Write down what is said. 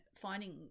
finding